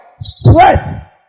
stress